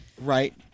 Right